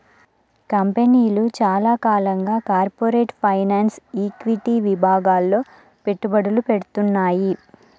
కంపెనీలు చాలా కాలంగా కార్పొరేట్ ఫైనాన్స్, ఈక్విటీ విభాగాల్లో పెట్టుబడులు పెడ్తున్నాయి